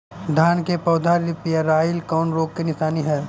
धान के पौधा पियराईल कौन रोग के निशानि ह?